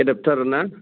एडाबतार ना